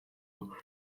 ryabaye